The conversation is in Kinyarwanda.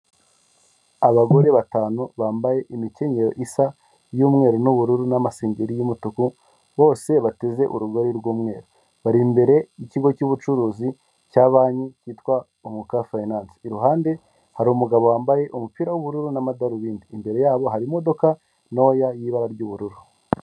Abagore batanu bambaye imikinyero isa y'mweru n'ubururu n'amasengeri y'umutuku bose bateze urugari rw'umweru, bari imbere y'ikigo cy'ubucuruzi cya banki cyitwa Unguka fiyinance, iruhande harirumugabo wambaye umupira w'ubururu n'amadarubindi imbere yabo hari imodoka ntoya y'ibara ry'ubururu.